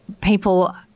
people